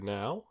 now